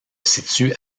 situe